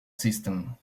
system